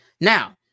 Now